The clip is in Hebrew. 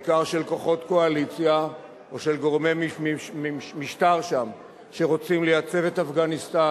בעיקר של כוחות קואליציה או של גורמי משטר שם שרוצים לייצב את אפגניסטן,